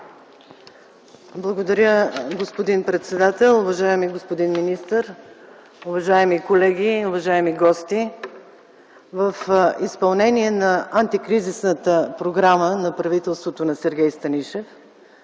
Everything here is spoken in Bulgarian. Благодаря, господин председател. Уважаеми господин министър, уважаеми колеги, уважаеми гости! В изпълнение на Антикризисната програма на правителството на Сергей Станишев